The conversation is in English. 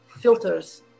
filters